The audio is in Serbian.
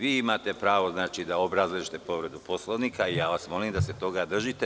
Vi imate pravo da obrazložite povredu Poslovnika i ja vas molim da se toga držite.